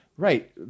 Right